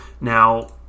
Now